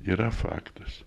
yra faktas